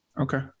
Okay